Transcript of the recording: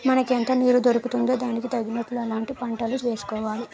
మనకెంత నీరు దొరుకుతుందో దానికి తగినట్లు అలాంటి పంటలే వేసుకోవాలి